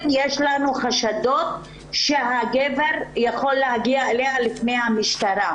יש לנו חשדות שהגבר במקרים מסוימים יכול להגיע אליה לפני המשטרה.